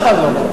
אז תעזור לו.